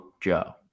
Joe